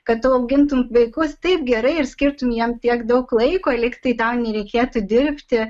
kad tu augintum vaikus taip gerai ir skirtum jiems tiek daug laiko lyg tai tau nereikėtų dirbti